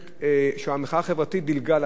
שהמחאה החברתית דילגה על הכנסת.